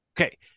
Okay